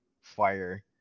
Fire